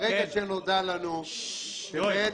ברגע שנודע לנו שבעצם